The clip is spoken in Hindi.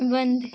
बंद